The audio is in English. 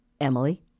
Emily